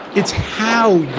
it's how